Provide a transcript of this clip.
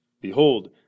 behold